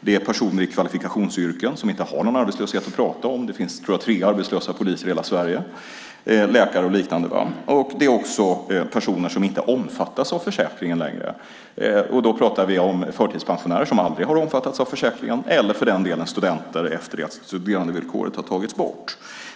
Det är personer i kvalifikationsyrken som inte har någon arbetslöshet att prata om, läkare och liknande. Jag tror att det finns tre arbetslösa poliser i hela Sverige. Det är också personer som inte omfattas av försäkringen längre. Då pratar vi om förtidspensionärer, som aldrig har omfattats av försäkringen, eller för den delen studenter efter det att studerandevillkoret har tagits bort.